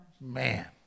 man